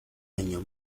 año